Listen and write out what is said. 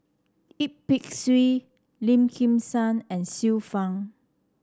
Yip Pin Xiu Lim Kim San and Xiu Fang